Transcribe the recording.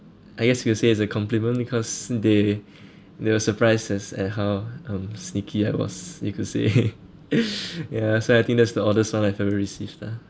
I guess you could say as a compliment because they they were surprised as at how um sneaky I was you could say ya so I think that's the oddest one I've ever received lah